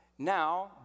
now